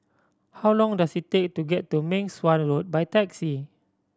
how long does it take to get to Meng Suan Road by taxi